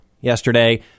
yesterday